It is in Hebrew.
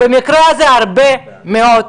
במקרה הזה הרבה מאוד כסף,